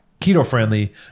keto-friendly